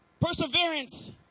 perseverance